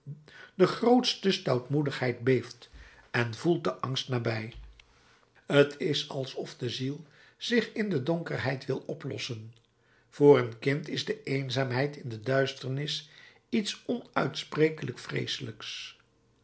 de grootste stoutmoedigheid beeft en voelt de angst nabij t is alsof de ziel zich in de donkerheid wil oplossen voor een kind is de eenzaamheid in de duisternis iets onuitsprekelijk vreeselijks